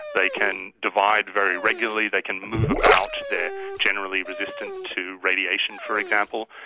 they can divide very regularly, they can move about, they are generally resistant to radiation, for example.